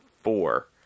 four